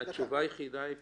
התשובה היחידה היא פשוטה,